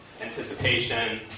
anticipation